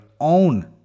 own